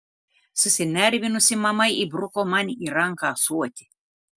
susinervinusi mama įbruko man į ranką ąsotį